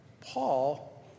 Paul